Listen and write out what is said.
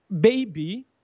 baby